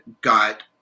got